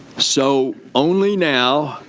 so, only now,